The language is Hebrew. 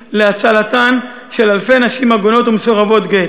להצלתן של אלפי נשים עגונות ומסורבות גט